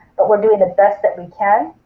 but we're doing the best that we can.